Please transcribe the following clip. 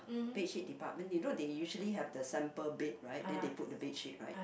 bedsheet department you know they usually have the sample bed right then they put the bedsheet right